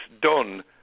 done